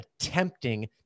attempting